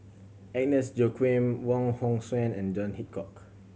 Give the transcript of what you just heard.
Agnes Joaquim Wong Hong Suen and John Hitchcock